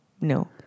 No